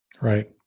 Right